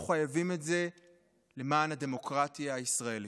אנחנו חייבים את זה לדמוקרטיה הישראלית.